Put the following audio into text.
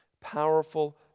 Powerful